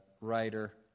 writer